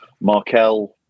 markel